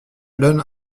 donne